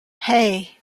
hey